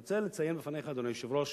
אני רוצה לציין בפניך, אדוני היושב-ראש,